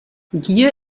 gier